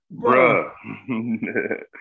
bruh